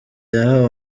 yahawe